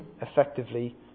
effectively